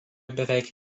beveik